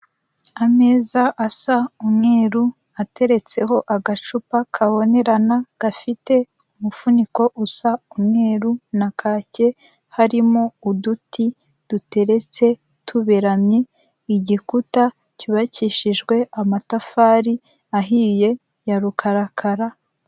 Ameza asa umweru ateretseho agacupa kabonerana, gafite umufuniko usa umweru na kake harimo uduti duteretse tuberamye, Igikuta cyubakishijwe amatafari ahiye ya rukarakara.